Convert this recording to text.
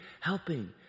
helping